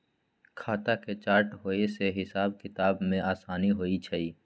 खता के चार्ट होय से हिसाब किताब में असानी होइ छइ